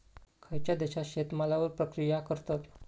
खयच्या देशात शेतमालावर प्रक्रिया करतत?